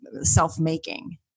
self-making